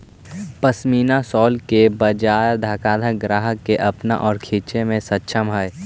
pashmina shawl के बाजार धनाढ्य ग्राहक के अपना ओर खींचे में सक्षम हई